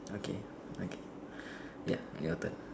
okay okay ya your turn